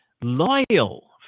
loyal